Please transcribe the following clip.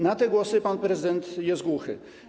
Na te głosy pan prezydent jest głuchy.